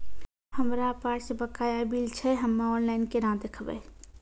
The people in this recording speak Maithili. हमरा पास बकाया बिल छै हम्मे ऑनलाइन केना देखबै?